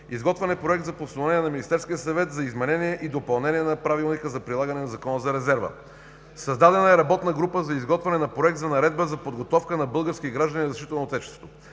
изготвен е Проект за постановление на Министерския съвет за изменение и допълнение на Правилника за прилагане на Закона за резерва. Създадена е работна група за изготвяне на Проект за наредба за подготовка на български граждани за защита на Отечеството.